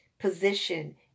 position